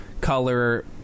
Color